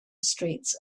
streets